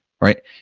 right